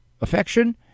affection